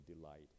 delight